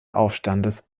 aufstandes